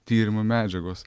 tyrimų medžiagos